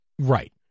right